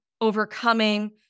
overcoming